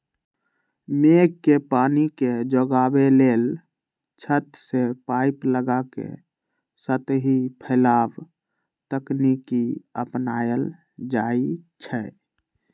मेघ के पानी के जोगाबे लेल छत से पाइप लगा के सतही फैलाव तकनीकी अपनायल जाई छै